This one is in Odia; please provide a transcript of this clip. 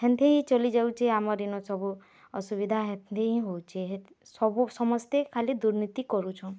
ହେନ୍ତି ହି ଚଲିଯାଉଚେ ଆମର୍ ଇନ ସବୁ ଅସୁବିଧା ହେମତି ହି ହଉଚେ ସବୁ ସମସ୍ତେ ଖାଲି ଦୁର୍ନୀତି କରୁଛନ୍